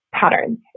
patterns